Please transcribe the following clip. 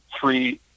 three